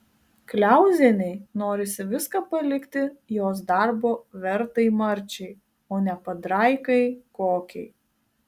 kliauzienei norisi viską palikti jos darbo vertai marčiai o ne padraikai kokiai